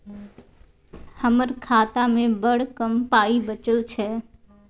हमर खातामे बड़ कम पाइ बचल छै